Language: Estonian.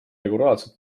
regulaarselt